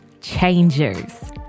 Changers